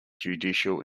judicial